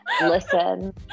listen